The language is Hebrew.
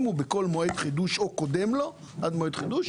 בכל מועד חידוש או קודם לו, עד למועד החידוש